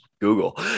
Google